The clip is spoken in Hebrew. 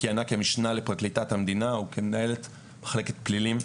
היא כיהנה כמשנה לפרקליטת המדינה וכמנהלת מחלקת פלילים.